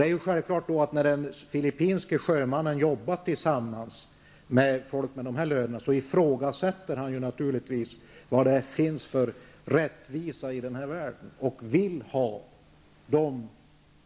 Det är då självklart att den filippinske sjöman som jobbar tillsammans med folk med dessa löner ifrågasätter om det finns någon rättvisa i världen, och han vill naturligtvis